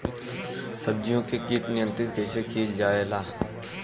सब्जियों से कीट नियंत्रण कइसे कियल जा?